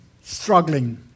struggling